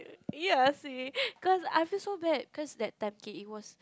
ya cause I feel so bad cause that time key in was